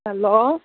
hello